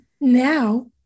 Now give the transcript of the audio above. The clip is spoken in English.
now